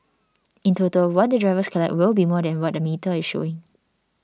in total what the drivers collect will be more than what the metre is showing